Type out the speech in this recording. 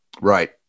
Right